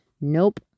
Nope